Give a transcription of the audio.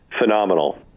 phenomenal